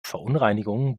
verunreinigungen